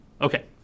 Okay